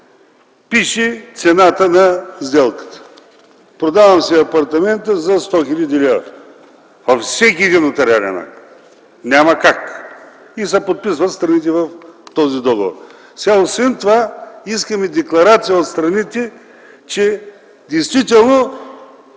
пише цената на сделката. Продавам си апартамента за 100 хил. лв. – пише го във всеки един нотариален акт, няма как, и се подписват страните в този договор. Сега, освен това, искаме декларация от страните, че действително